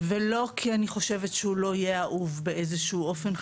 לא כי אני חושבת שהוא לא יהיה אהוב באיזה שהוא אופן,